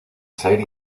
ser